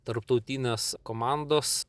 tarptautinės komandos